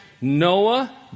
Noah